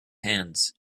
hands